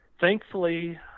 Thankfully